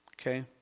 Okay